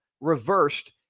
reversed